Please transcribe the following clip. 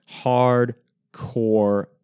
hardcore